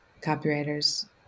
copywriters